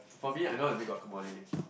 for me I know how to make guacamole